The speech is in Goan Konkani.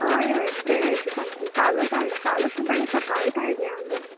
हय हय फ्रॅश सामकी कालच हाडला कालच सुद्दां न्ही सकाळींच हाडल्या आमी